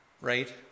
Right